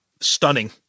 Stunning